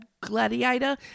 gladiator